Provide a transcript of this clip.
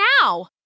now